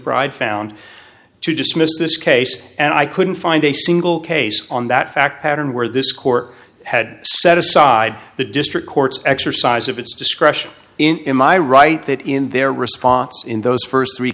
mcbride found to dismiss this case and i couldn't find a single case on that fact pattern where this court had set aside the district court's exercise of its discretion in my right that in their response in those first three